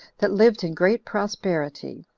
that lived in great prosperity,